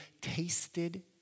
tasted